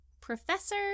professor